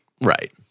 right